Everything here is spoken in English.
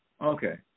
Okay